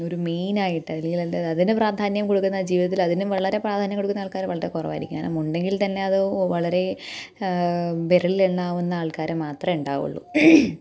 ഒരു മെയിൻ ആയിട്ട് അല്ലെങ്കില് അതിന് പ്രാധാന്യം കൊടുക്കുന്ന ജീവിതത്തില് അതിന് വളരെ പ്രാധാന്യം കൊടുക്കുന്ന ആള്ക്കാർ വളരെ കുറവായിരിക്കും കാരണം ഉണ്ടെങ്കില് തന്നെ അത് വളരെ വിരലിൽ എണ്ണാവുന്ന ആള്ക്കാർ മാത്രമേ ഉണ്ടാവുള്ളൂ